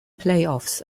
playoffs